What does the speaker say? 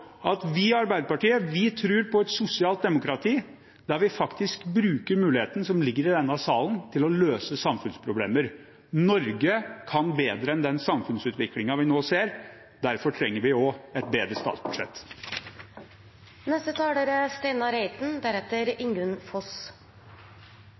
at vi i Arbeiderpartiet tror på et sosialt demokrati, der vi faktisk bruker muligheten som ligger i denne salen, til å løse samfunnsproblemer. Norge kan bedre enn den samfunnsutviklingen vi nå ser. Derfor trenger vi også et bedre statsbudsjett. Vi i Kristelig Folkeparti er